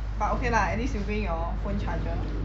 but okay lah at least you bring your phone charger